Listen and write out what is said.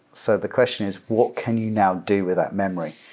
so the question is what can you now do with that memory?